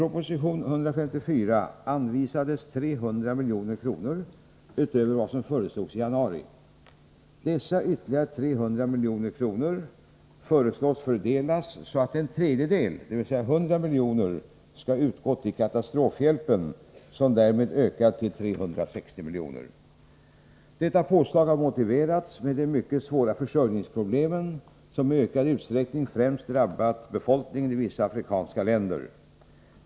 Dessa ytterligare 300 milj.kr. föreslås fördelas så att en tredjedel, dvs. 100 milj.kr., skall utgå till katastrofhjälpen, som därmed ökar till 360 milj.kr. Detta påslag har motiverats med de mycket svåra försörjningsproblemen, som i ökad utsträckning främst drabbat befolkningen i vissa afrikanska länder.